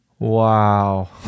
Wow